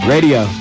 Radio